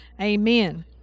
Amen